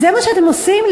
זה מה שאתם עושים,